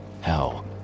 Hell